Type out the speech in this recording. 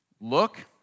look